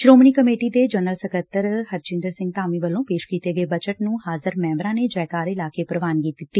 Shiromani committee ਦੇ general ਸਕੱਤਰ ਹਰਜਿੰਦਰ ਸਿੰਘ ਧਾਮੀ ਵੱਲੋਂ ਪੇਸ਼ ਕੀਤੇ ਗਏ ਬਜਟ ਨੂੰ ਹਾਜ਼ਰ ਮੈਬਰਾਂ ਨੇ ਜੈਕਾਰੇ ਲਾ ਕੇ ਪ੍ਵਾਨਗੀ ਦਿੱਤੀ